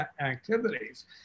activities